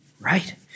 right